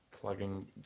plugging